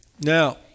now